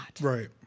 Right